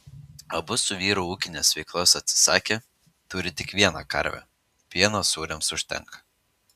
abu su vyru ūkinės veiklos atsisakė turi tik vieną karvę pieno sūriams užtenka